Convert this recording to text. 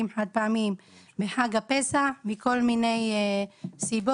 חד פעמיים בחג הפסח וזה מכל מיני סיבות,